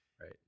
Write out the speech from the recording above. Right